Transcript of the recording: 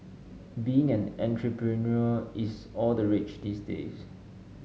being an entrepreneur is all the rage these days